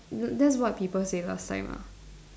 that that's what people say last time lah